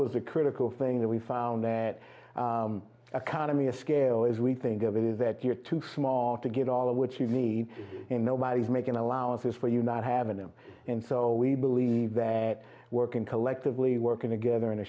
was a critical thing that we found that a kind of mia scale as we think of it is that you're too small to get all of what you need and nobody's making allowances for you not have an m and so we believe that working collectively working together in a